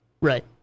Right